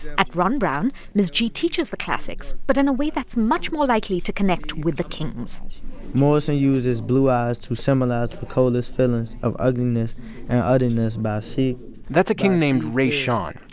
at ron brown, ms. g teaches the classics but in a way that's much more likely to connect with the kings morrison uses blue eyes to symbolize pecola's feelings of ugliness and otherness by. that's a king named rashawn.